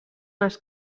els